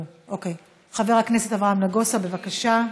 חבר הכנסת אברהם נגוסה, בבקשה.